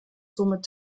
somit